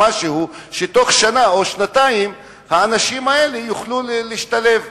או משהו שבתוך שנה או שנתיים האנשים האלה יוכלו להשתלב.